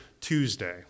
Tuesday